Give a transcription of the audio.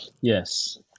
Yes